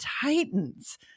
titans